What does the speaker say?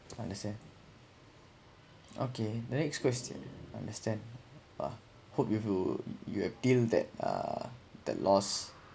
understand okay next question understand oh hope with you you have deal that uh the loss